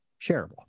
shareable